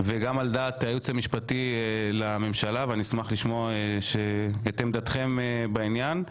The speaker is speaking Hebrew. וגם על דעת הייעוץ המשפטי לממשלה ואני אשמח לשמוע את עמדתכם בעניין.